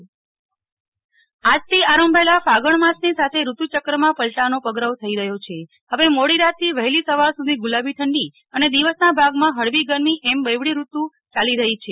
નેહ્લ ઠક્કર હવામાન આજથી આરંભાયેલા ફાગણ માસની સાથે ઋતુચક્રમાં પલટાનો પગરવ થઇ રહ્યો છે હવે મોડી રાતથી વહેલી સવાર સુધી ગુલાબી ઠંડી અને દિવસના ભાગમાં હળવી ગરમી એમ બેવડી ઋતુ યાલી રહી છે